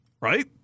Right